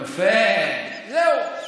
יפה, זהו.